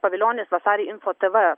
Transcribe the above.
pavilionis vasarį info tv